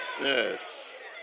yes